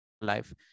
life